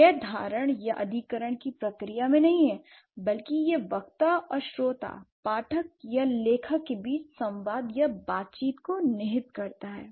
यह धारणा या अधिग्रहण की प्रक्रिया में नहीं है बल्कि यह वक्ता और श्रोता पाठक या लेखक के बीच संवाद या बातचीत को निहित करता है